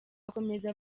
akomeza